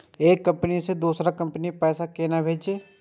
एक कंपनी से दोसर कंपनी के पैसा केना भेजये?